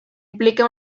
implica